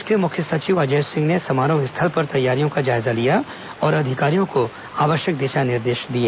प्रदेश के मुख्य सचिव अजय सिंह ने समारोह स्थल पर तैयारियों का जायजा लिया और अधिकारियों को आवश्यक दिशा निर्देश दिए